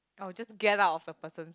I would just get out of the person's